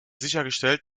sichergestellt